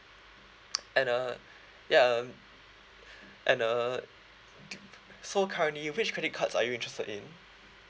and uh ya and uh do so currently which credit cards are you interested in